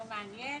לא מעניין.